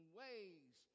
ways